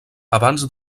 abans